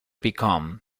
become